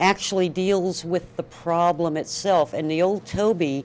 actually deals with the problem itself and the old toby